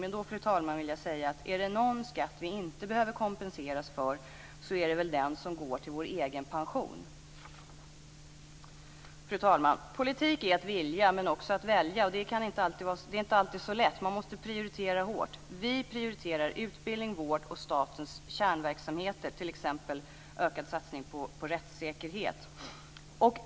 Men då, fru talman, vill jag säga att är det någon skatt som vi inte behöver kompenseras för, så är det väl den som går till vår egen pension. Fru talman! Politik är att vilja men också att välja, och det är inte alltid så lätt - man måste prioritera hårt.